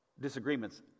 disagreements